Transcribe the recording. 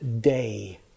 day